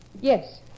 Yes